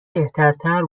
بهترتر